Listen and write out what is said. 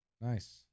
Nice